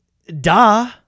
Da